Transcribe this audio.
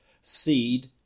seed